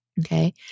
Okay